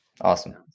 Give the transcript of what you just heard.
Awesome